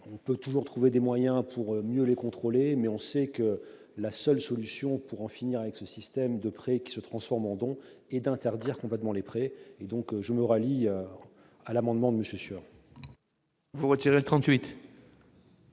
On peut toujours trouver des moyens pour mieux les contrôler, mais on sait bien que la seule solution pour en finir avec ce système de prêts qui se transforment en dons est d'interdire complètement les prêts. Par conséquent, je me rallie à l'amendement n° 117 et je retire le